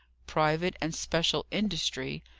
private and special industry!